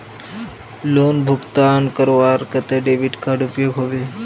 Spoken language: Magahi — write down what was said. लोन भुगतान करवार केते डेबिट कार्ड उपयोग होबे?